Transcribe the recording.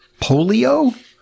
polio